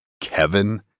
Kevin